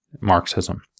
Marxism